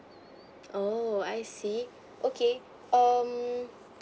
oo I see okay um